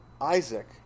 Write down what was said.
Isaac